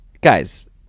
guys